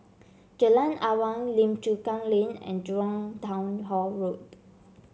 Jalan Awang Lim Chu Kang Lane and Jurong Town Hall Road